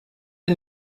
der